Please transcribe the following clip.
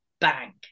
bang